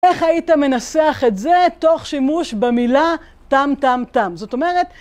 איך היית מנסח את זה תוך שימוש במילה טאם טאם טאם? זאת אומרת...